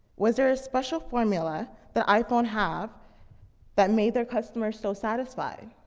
was there a special formula that iphone have that made their customer so satisfied?